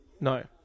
No